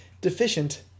deficient